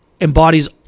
embodies